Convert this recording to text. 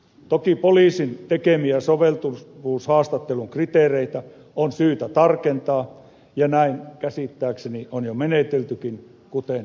toki poliisin tekemiä soveltuvuushaastattelun kriteereitä on syytä tarkentaa ja näin käsittääkseni on jo meneteltykin kuten edellä totesin